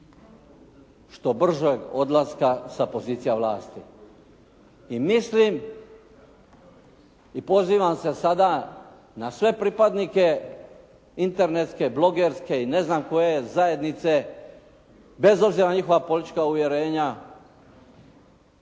što bržeg odlaska sa pozicija vlasti i mislim i pozivam se sada na sve pripadnike internetske, blogerske i ne znam koje zajednice, bez obzira na njihova politička uvjerenja